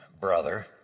brother